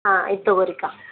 ಹಾಂ ಇದು ತೊಗೊರಿಕ್ಕ